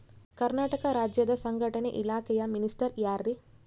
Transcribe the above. ಕರ್ನಾಟಕ ರಾಜ್ಯದ ಸಂಘಟನೆ ಇಲಾಖೆಯ ಮಿನಿಸ್ಟರ್ ಯಾರ್ರಿ?